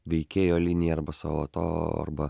veikėjo liniją arba savo to arba